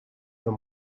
them